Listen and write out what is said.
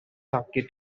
hockey